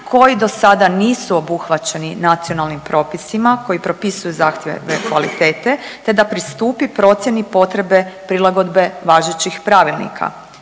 koji do sada nisu obuhvaćeni Nacionalnim propisima koji propisuju zahtjeve kvalitete, te da pristupi procjeni potrebe prilagodbe važećih pravilnika.